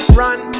run